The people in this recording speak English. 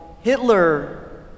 Hitler